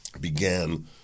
began